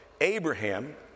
Abraham